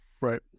Right